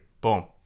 Boom